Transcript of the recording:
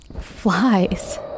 flies